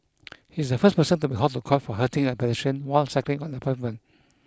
he is the first person to be hauled to court for hurting a pedestrian while cycling on the pavement